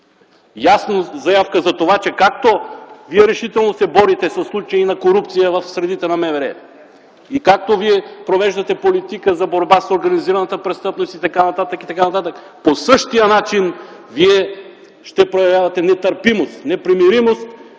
ясна заявка, че както решително се борите със случаи на корупция в средите на МВР и както Вие провеждате политика за борба с организираната престъпност и така нататък, и така нататък, по същия начин ще проявявате нетърпимост, непримиримост